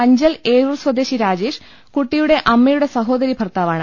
അഞ്ചൽ ഏരൂർ സ്വദേശി രാജേഷ് കുട്ടിയുടെ അമ്മയുടെ സഹോദരി ഭർത്താവാണ്